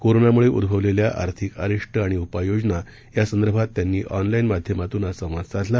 कोरोनामुळे उद्भवलेल्या आर्थिक अरिष्ट आणि उपाययोजना या संदर्भात त्यांनी ऑनलाईन माध्यामातून आज संवाद साधला